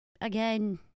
again